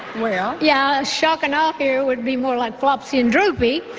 well. yeah, shock and awe here would be more like flopsy and droopy.